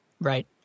Right